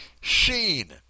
Sheen